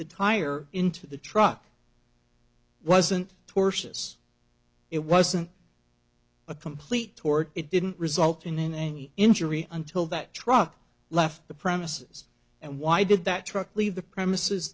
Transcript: the tire into the truck wasn't tortious it wasn't a complete tort it didn't result in any injury until that truck left the premises and why did that truck leave the premises